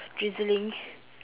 drizzling